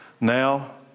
Now